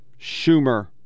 Schumer